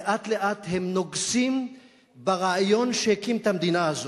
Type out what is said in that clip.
לאט-לאט הם נוגסים ברעיון שהקים את המדינה הזאת,